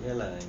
ya lah